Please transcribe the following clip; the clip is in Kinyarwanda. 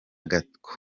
gako